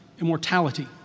immortality